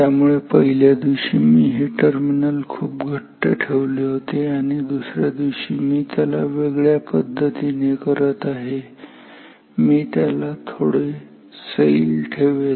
त्यामुळे पहिल्या दिवशी मी हे टर्मिनल खूप घट्ट ठेवले होते आणि दुसर्या दिवशी मी त्याला वेगळ्या पद्धतीने करत आहे मी त्याला थोडी सैल ठेवेल